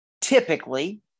typically